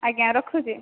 ଆଜ୍ଞା ରଖୁଛି